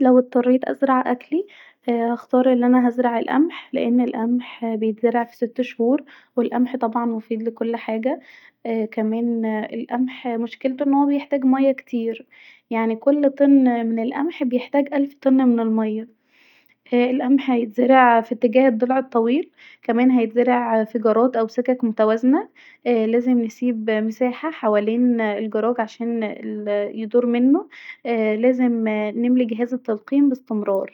لو اتضطريت ازرع اكلي هختار أن انا ازرع القمح لأن القمح بيتزرع في ست شهور والقمح طبعا مفيد لكل حاجه كمان القمح مشكلته أنه بيحتاج مايه كتير يعني كل طن من القمح بيحتاج الف طن من المايه القمح بيتزرع في اتجاه الضلع الطويل كمان هيتزرع في جارات أو سكك متوازنه لازم نسيب مساحه حوالين الجراج عشان اا يدور منه لازم نملي جهاز التلقين يإستمرار